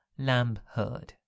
Lambherd